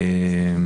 האם